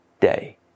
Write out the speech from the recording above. day